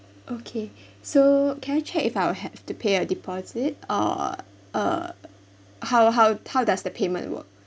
okay so can I check if I'd have to pay a deposit or uh how how how does the payment work